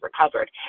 recovered